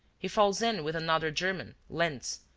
he falls in with another german, lentz,